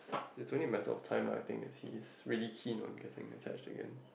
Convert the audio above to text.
it's only a matter of time lah I think if he's really keen on getting attached again